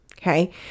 Okay